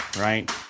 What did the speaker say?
Right